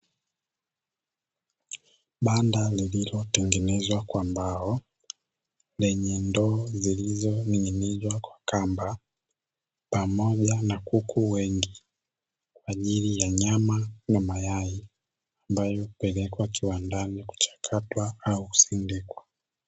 Banda lililotengenezwa kwa mbao lenye ndoo zilizoning'inizwa kwa kwamba, pamoja na kuku wengi kwa ajili ya nyama na mayai ambayo hupelekwa kiwandani kuchakatwa au kusindikwa.